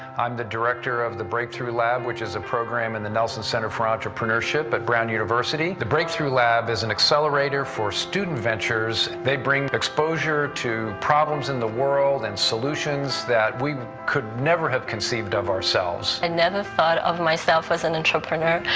i'm the director of the breakthrough lab, which is a program in and the nelson center for entrepreneurship at brown university. the breakthrough lab is an accelerator for student ventures. they bring exposure to problems in the world and solutions that we could never have conceived of ourselves. i and never thought of myself as an entrepreneur.